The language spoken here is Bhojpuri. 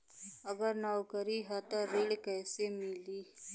अगर नौकरी ह त ऋण कैसे मिली?